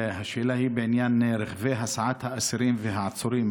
השאלה היא בעניין רכבי הסעת האסירים והעצורים,